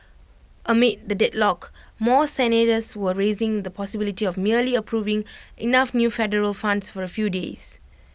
amid the deadlock more senators were raising the possibility of merely approving enough new Federal Funds for A few days